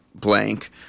blank